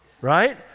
right